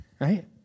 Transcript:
right